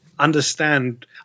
understand